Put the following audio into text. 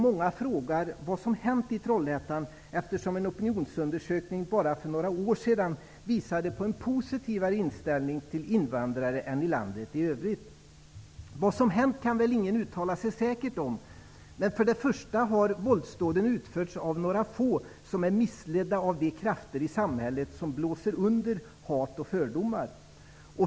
Många frågar vad som hänt i Trollhättan, eftersom en opinionsundersökning bara för några år sedan visade på att man i kommunen hade en positivare inställning till invandrare än i landet i övrigt. Vad som hänt kan väl ingen uttala sig säkert om. Men våldsdåden har utförts av några få, som är missledda av de krafter i samhället som blåser under hat och fördomar.